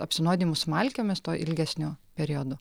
apsinuodijimu smalkėmis tuo ilgesniu periodu